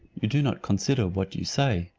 you do not consider what you say.